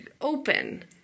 open